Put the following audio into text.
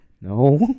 No